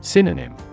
Synonym